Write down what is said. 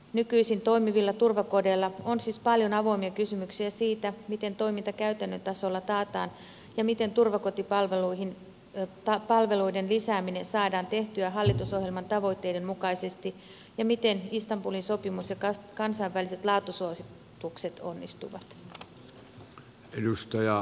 nykyisin toimivilla turvakodeilla on siis paljon avoimia kysymyksiä siitä miten toiminta käytännön tasolla taataan ja miten turvakotipalveluiden lisääminen saadaan tehtyä hallitusohjelman tavoitteiden mukaisesti ja miten istanbulin sopimus ja kansainväliset laatusuositukset onnistuvat